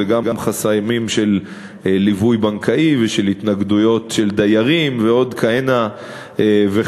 זה גם חסמים של ליווי בנקאי ושל התנגדויות של דיירים ועוד כהנה וכהנה.